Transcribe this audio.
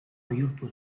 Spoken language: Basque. bihurtu